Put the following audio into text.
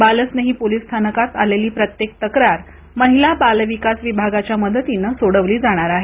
बाल स्नेही पोलीस स्थानकात आलेली प्रत्येक तक्रार महिला बाल विकास विभागाच्या मदतीने सोडवली जाणार आहे